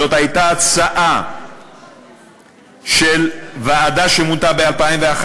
זאת הייתה הצעה של ועדה שמונתה ב-2001.